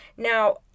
Now